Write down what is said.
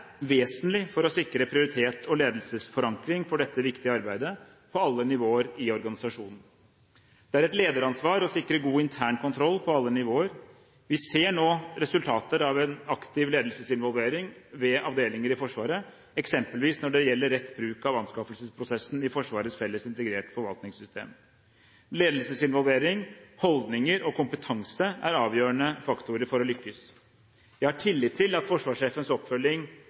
vesentlig for å sikre prioritet og ledelsesforankring for dette viktige arbeidet på alle nivåer i organisasjonen. Det er et lederansvar å sikre god intern kontroll på alle nivåer. Vi ser nå resultater av en aktiv ledelsesinvolvering ved avdelinger i Forsvaret, eksempelvis når det gjelder rett bruk av anskaffelsesprosessen i Forsvarets Felles integrert forvaltningssystem. Ledelsesinvolvering, holdninger og kompetanse er avgjørende faktorer for å lykkes. Jeg har tillit til at forsvarssjefens oppfølging